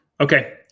Okay